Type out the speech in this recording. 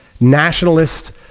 nationalist